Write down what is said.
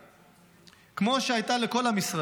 כמו שהייתה לכל עם ישראל,